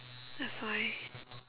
that's why